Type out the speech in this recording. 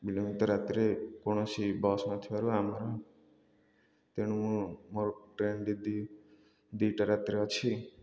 ବିଳମ୍ବିତ ରାତିରେ କୌଣସି ବସ୍ ନ ଥିବାରୁ ଆମକୁ ତେଣୁ ମୁଁ ମୋର ଟ୍ରେନ୍ଟି ଦୁଇ ଦୁଇଟା ରାତିରେ ଅଛି